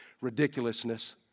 ridiculousness